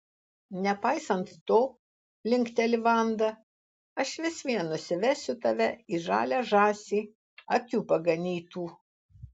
nepaisant to linkteli vanda aš vis vien nusivesiu tave į žalią žąsį akių paganytų